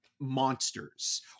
monsters